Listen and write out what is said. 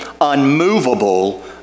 unmovable